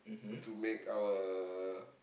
to make our